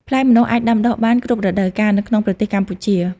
ផ្លែម្នាស់អាចដាំដុះបាន គ្រប់រដូវកាល នៅក្នុងប្រទេសកម្ពុជា។